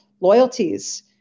loyalties